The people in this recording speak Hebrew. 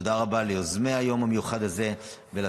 תודה רבה ליוזמי היום המיוחד הזה ולשר